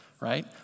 right